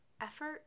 effort